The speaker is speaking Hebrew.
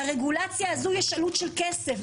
לרגולציה הזו יש עלות של כסף,